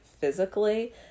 physically